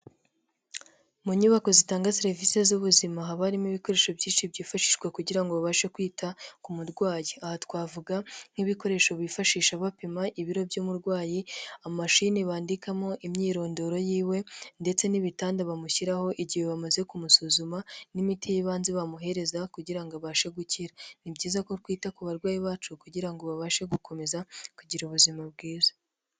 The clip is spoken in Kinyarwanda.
Mu nyubako zitanga serivisi z'ubuzima haba harimo ibikoresho byinshi byifashishwa kugira ngo babashe kwita ku murwayi. Aha twavuga nk'ibikoresho bifashisha bapima ibiro by'umurwayi, mashine bandikamo imyirondoro yiwe, ndetse n'ibitanda bamushyiraho igihe bamaze kumusuzuma, n'imiti y'ibanze bamuhereza kugira ngo abashe gukira. Ni byiza ko twita ku barwayi bacu kugira ngo babashe gukomeza kugira ubuzima bwiza.